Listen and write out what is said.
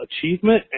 achievement